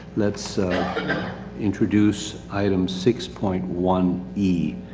let's introduce item six point one e.